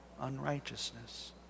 unrighteousness